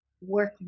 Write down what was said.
work